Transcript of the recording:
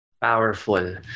Powerful